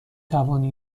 توانی